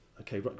okay